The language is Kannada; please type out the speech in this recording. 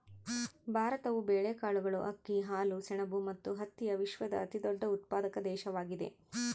ಭಾರತವು ಬೇಳೆಕಾಳುಗಳು, ಅಕ್ಕಿ, ಹಾಲು, ಸೆಣಬು ಮತ್ತು ಹತ್ತಿಯ ವಿಶ್ವದ ಅತಿದೊಡ್ಡ ಉತ್ಪಾದಕ ದೇಶವಾಗಿದೆ